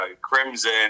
Crimson